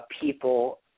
people